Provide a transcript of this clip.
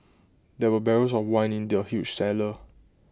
there were barrels of wine in the huge cellar